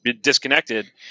disconnected